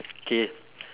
K